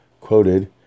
quoted